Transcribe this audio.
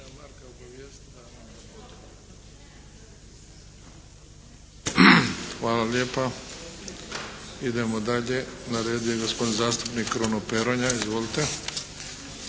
Hvala lijepa. Idemo dalje. Na redu je gospodin zastupnik Kruno Peronja. Izvolite.